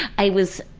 i was.